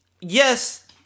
yes